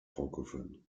francophones